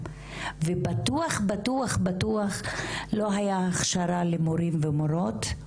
ובטוח בטוח לא היה הכשרה למורים ולמרות,